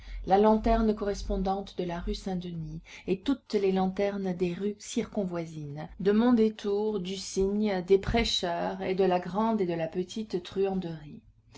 la lanterne correspondante de la rue saint-denis et toutes les lanternes des rues circonvoisines de mondétour du cygne des prêcheurs et de la grande et de la